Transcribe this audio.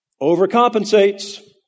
Overcompensates